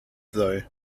though